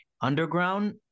underground